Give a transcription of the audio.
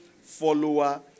follower